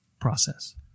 process